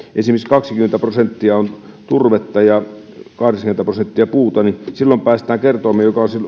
esimerkiksi kaksikymmentä prosenttia on turvetta ja kahdeksankymmentä prosenttia puuta niin silloin päästään kertoimeen joka